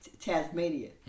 Tasmania